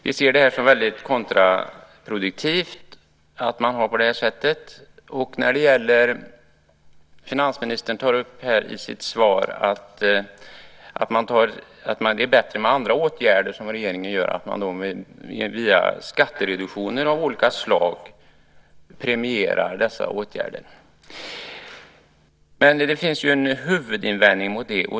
Vi ser det som väldigt kontraproduktivt att ha det på det här sättet. Finansministern säger i sitt svar att det är bättre med andra åtgärder som regeringen vidtar, att via skattereduktioner av olika slag premiera dessa åtgärder. Men det finns en huvudinvändning mot det.